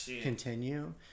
continue